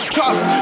Trust